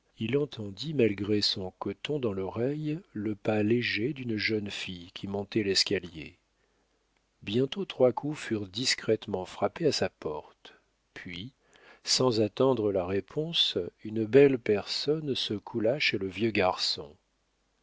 il entendit malgré son coton dans l'oreille le pas léger d'une jeune fille qui montait l'escalier bientôt trois coups furent discrètement frappés à sa porte puis sans attendre la réponse une belle personne se coula chez le vieux garçon